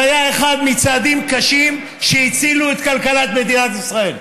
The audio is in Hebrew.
זה היה אחד מהצעדים הקשים שהצילו את כלכלת מדינת ישראל.